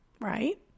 right